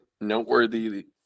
noteworthy